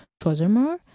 Furthermore